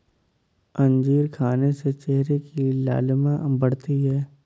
अंजीर खाने से चेहरे की लालिमा बढ़ती है